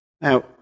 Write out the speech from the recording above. Now